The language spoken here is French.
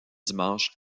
dimanche